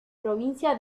provincia